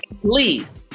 Please